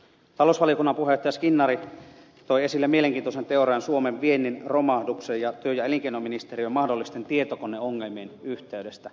talousvaliokunnan puheenjohtaja skinnari toi esille mielenkiintoisen teorian suomen viennin romahduksen ja työ ja elinkeinoministeriön mahdollisten tietokoneongelmien yhteydestä